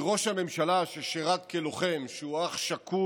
מראש הממשלה, ששירת כלוחם, שהוא אח שכול